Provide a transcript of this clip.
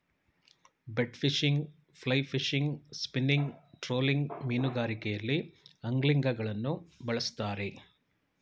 bait fishing, fly fishing, spinning, trolling ಮೀನುಗಾರಿಕೆಯಲ್ಲಿ ಅಂಗ್ಲಿಂಗ್ಗಳನ್ನು ಬಳ್ಸತ್ತರೆ